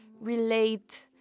relate